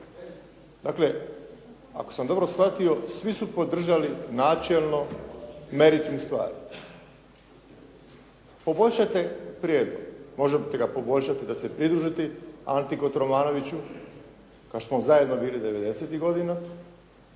Dakle, ako sam dobro shvatio, svi su podržali načelno meritum stvari. Poboljšajte prijedlog. Možete ga poboljšati da se pridružite Ante Kotromanoviću, kao što smo zajedno bili devedesetih